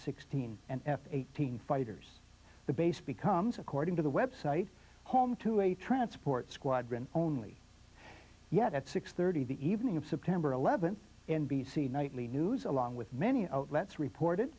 sixteen and f eighteen fighters the base becomes according to the web site home to a transport squadron only yet at six thirty the evening of september eleventh n b c nightly news along with many outlets reported